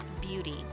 Beauty